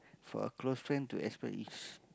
for a close friend to express is